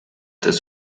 des